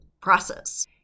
process